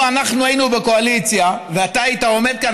לו אנחנו היינו בקואליציה ואתה היית עומד כאן,